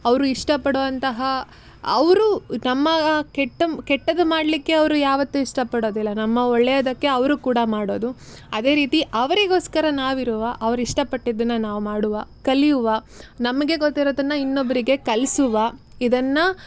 ಅವರು ಇಷ್ಟ ಪಡುವಂತಹ ಅವರು ನಮ್ಮ ಕೆಟ್ಟ ಕೆಟ್ಟದು ಮಾಡಲಿಕ್ಕೆ ಅವರು ಯಾವತ್ತೂ ಇಷ್ಟ ಪಡೋದಿಲ್ಲ ನಮ್ಮ ಒಳ್ಳೆಯದಕ್ಕೆ ಅವರು ಕೂಡ ಮಾಡೋದು ಅದೇ ರೀತಿ ಅವರಿಗೋಸ್ಕರ ನಾವು ಇರುವ ಅವ್ರು ಇಷ್ಟ ಪಟ್ಟಿದ್ದನ್ನು ನಾವು ಮಾಡುವ ಕಲಿಯುವ ನಮಗೆ ಗೊತ್ತಿರೋದನ್ನು ಇನ್ನೊಬ್ಬರಿಗೆ ಕಲಿಸುವ ಇದನ್ನು